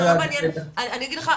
אני אגיד לך,